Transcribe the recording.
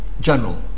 general